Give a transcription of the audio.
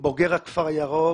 ובוגר הכפר הירוק.